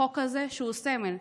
החוק הזה, שהוא סמל.